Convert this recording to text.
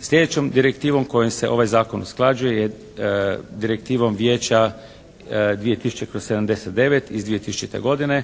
Sljedećom direktivom kojom se ovaj zakon usklađuje je direktivom Vijeća 2000/79 iz 2000. godine,